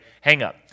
hang-up